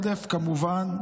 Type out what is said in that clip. כמובן,